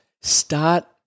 start